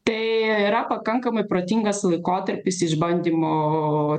tai yra pakankamai protingas laikotarpis išbandymo